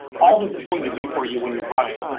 all this is going to do for you when you run it,